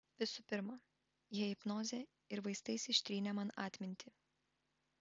visų pirma jie hipnoze ir vaistais ištrynė man atmintį